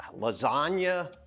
Lasagna